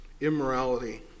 immorality